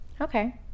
okay